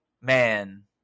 man